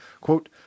quote